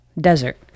desert